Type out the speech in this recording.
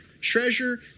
Treasure